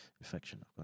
infection